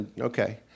okay